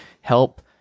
help